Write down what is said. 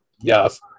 Yes